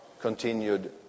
continued